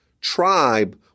tribe